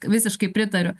visiškai pritariu